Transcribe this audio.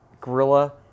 Gorilla